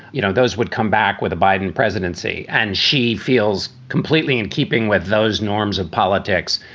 you know those would come back with a biden presidency, and she feels completely in keeping with those norms of politics.